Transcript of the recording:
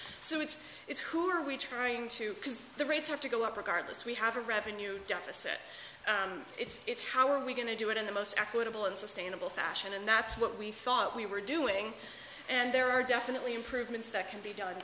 so it's it's who are we trying to because the rates have to go up regardless we have a revenue deficit it's how are we going to do it in the most equitable and sustainable fashion and that's what we thought we were doing and there are definitely improvements that can be done